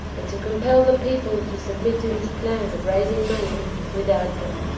and to compel the people to submit to his plans of raising money without them.